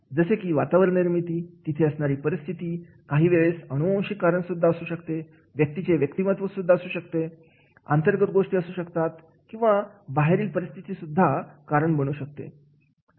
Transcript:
जसे की वातावरण निर्मिती तिथे असणारी परिस्थिती काहीवेळेस अनुवांशिक कारण सुद्धा असू शकते व्यक्तीचे व्यक्तिमत्व सुद्धा असू शकतो अंतर्गत गोष्टी असू शकतात किंवा बाहेरील परिस्थिती सुद्धा कारण बनू शकते